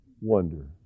wonder